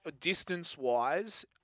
distance-wise